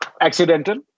Accidental